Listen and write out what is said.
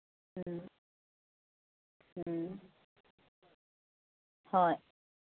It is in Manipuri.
ꯎꯝ ꯎꯝ ꯍꯣꯏ